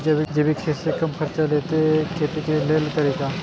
जैविक विधि से कम खर्चा में खेती के लेल तरीका?